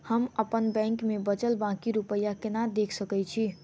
हम अप्पन बैंक मे बचल बाकी रुपया केना देख सकय छी?